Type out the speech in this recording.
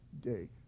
day